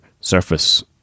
surface